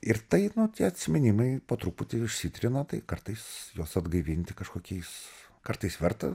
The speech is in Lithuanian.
ir tai tie atsiminimai po truputį išsitrina tai kartais juos atgaivinti kažkokiais kartais verta